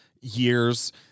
years